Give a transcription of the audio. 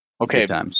Okay